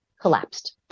collapsed